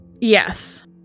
Yes